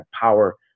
power